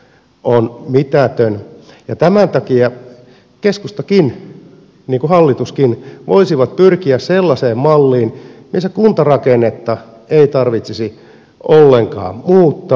tämän takia keskusta niin kuin hallituskin voisi pyrkiä sellaiseen malliin missä kuntarakennetta ei tarvitsisi ollenkaan muuttaa